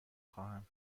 خواهم